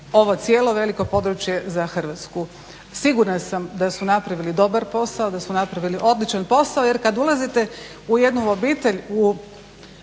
ovo cijelo veliko područje za Hrvatsku. Sigurna sam da su napravili dobar posao, da su napravili odličan posao jer kad ulazite u jednu obitelj, u